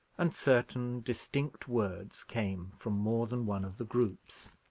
and certain distinct words came from more than one of the groups.